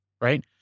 right